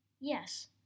yes